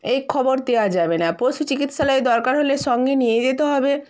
এই খবর দেওয়া যাবে না পশু চিকিৎসালয়ে দরকার হলে সঙ্গে নিয়ে যেতে হবে